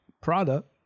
product